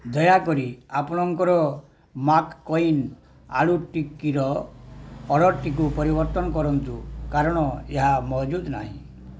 ଦୟାକରି ଆପଣଙ୍କର ମାକକୈନ ଆଳୁଟିକିର ଅର୍ଡ଼ର୍ଟିକୁ ପରିବର୍ତ୍ତନ କରନ୍ତୁ କାରଣ ଏହା ମହଜୁଦ ନାହିଁ